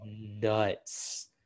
nuts